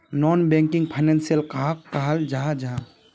Non banking financial कहाक कहाल जाहा जाहा?